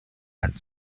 had